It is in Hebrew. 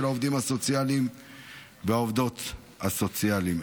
העובדים הסוציאליים והעובדות הסוציאליות.